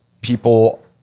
people